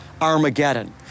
Armageddon